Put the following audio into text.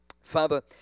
Father